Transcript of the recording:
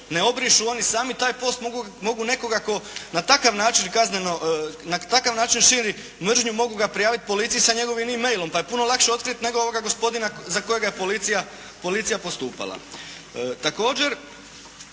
ne obrišu oni sami taj post mogu nekoga tko na takav način kazneno, na takav način širi mržnju mogu ga prijaviti policiji sa njegovim e-mailom pa je puno lakše otkriti nego ovoga gospodina za kojega je policija postupala.